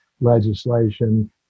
legislation